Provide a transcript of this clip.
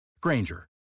Granger